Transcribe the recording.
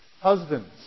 husbands